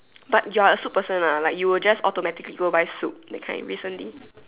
but you're a soup person ah like you will just automatically go buy soup that kind recently